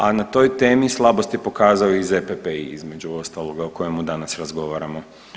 A na toj temi slabost je pokazao i ZPPI između ostaloga o kojemu danas razgovaramo.